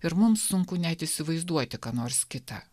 ir mums sunku net įsivaizduoti ką nors kita